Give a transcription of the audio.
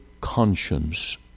conscience